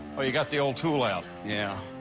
oh, you got the old tool out. yeah.